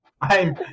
I'm-